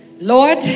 Lord